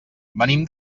venim